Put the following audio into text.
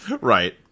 Right